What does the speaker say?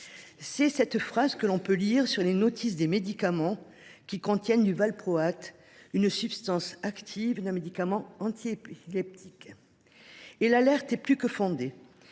». Cette phrase, on peut la lire sur les notices des médicaments qui contiennent du valproate, substance active d’un médicament antiépileptique. Et l’alerte est plus que fondée,